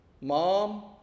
mom